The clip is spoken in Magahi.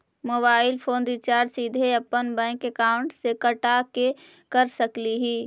मोबाईल फोन रिचार्ज सीधे अपन बैंक अकाउंट से कटा के कर सकली ही?